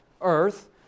earth